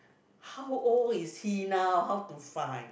how old is he now how to find